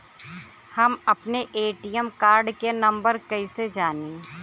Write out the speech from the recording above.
हम अपने ATM card के नंबर कइसे जानी?